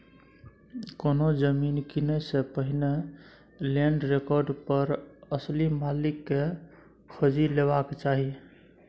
कोनो जमीन कीनय सँ पहिने लैंड रिकार्ड पर असली मालिक केँ खोजि लेबाक चाही